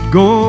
go